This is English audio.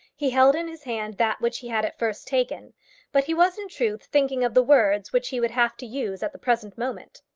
he held in his hand that which he had at first taken but he was in truth thinking of the words which he would have to use at the present moment.